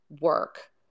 work